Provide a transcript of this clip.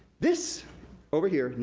this over here,